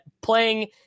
playing